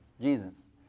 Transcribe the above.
Jesus